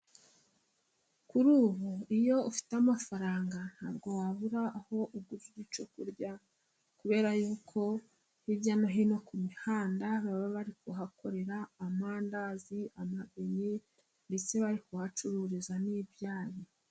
Kuri ubu, iyo ufite amafaranga ntabwo wabura aho ugura icyo kurya, kubera yuko hirya no hino ku mihanda, baba bari kuhakorera amandazi ,amabenye ndetse bari kuhacururiza n'ibyayi.